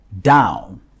down